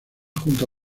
junto